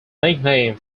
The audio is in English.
nickname